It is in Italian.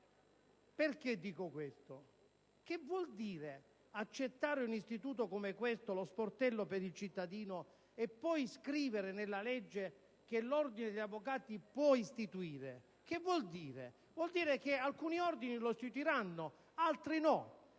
Perché dico questo? Che vuol dire accettare un istituto come lo sportello per il cittadino e poi scrivere nella legge che l'ordine degli avvocati può istituirlo? Che vuol dire? Vuol dire che alcuni ordini lo istituiranno ed altri no.